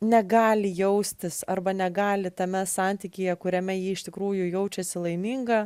negali jaustis arba negali tame santykyje kuriame ji iš tikrųjų jaučiasi laiminga